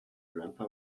grandpa